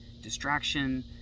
distraction